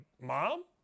Mom